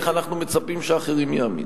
איך אנחנו מצפים שאחרים יאמינו?